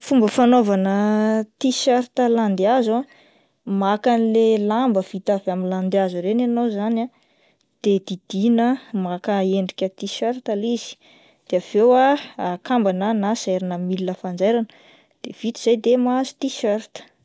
Fomba fanaovana tiserta landihazo ah, maka an'le lamba vita avy amin'ny landihazo ireny ianao zany ah de didina maka endrika tiserta ilay izy de avy eo ah akambana na zairina amin'ny milina fanjairana de vita izay ah de mahazo tiserta.